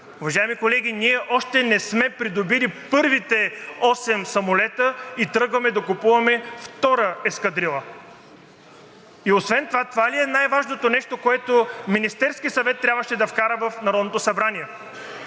Уважаеми колеги, ние още не сме придобили първите осем самолета и тръгваме да купуваме втора ескадрила. И освен това, това ли е най-важното нещо, което Министерският съвет трябваше да вкара в Народното събрание?